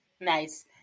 nice